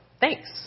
thanks